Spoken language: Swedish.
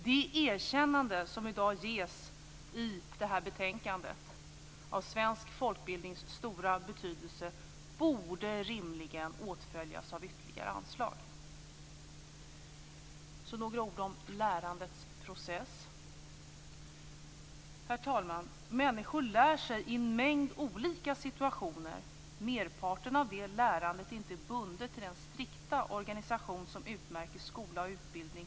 Det erkännande som i dag ges i betänkandet av svensk folkbildnings stora betydelse borde rimligen åtföljas av ytterligare anslag. Så några ord om lärandets process. Herr talman! Människor lär sig i en mängd olika situationer merparten av det lärande som inte är bundet till den strikta organisation som utmärker skola och utbildning.